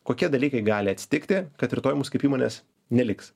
kokie dalykai gali atsitikti kad rytoj mūs kaip įmonės neliks